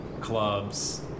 clubs